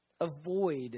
Avoid